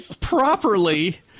properly